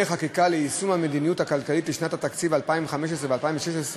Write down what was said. חקיקה ליישום המדיניות הכלכלית לשנות התקציב 2015 ו-2016),